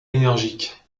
énergique